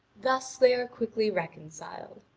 thus they are quickly reconciled.